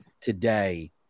today